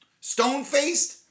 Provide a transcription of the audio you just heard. stone-faced